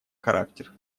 характер